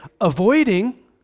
avoiding